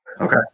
Okay